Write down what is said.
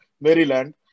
Maryland